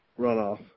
runoff